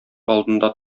алдында